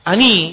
Ani